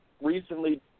recently